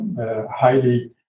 highly